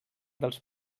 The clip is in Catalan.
dels